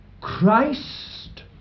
Christ